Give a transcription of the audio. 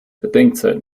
bedenkzeit